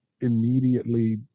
immediately